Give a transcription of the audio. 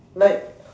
like